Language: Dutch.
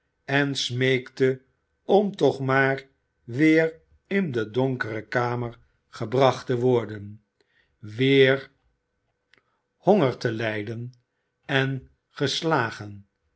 en smeekte om toch maar weer in de donkere kamer gebracht te worden weer honger te lijden en geslagen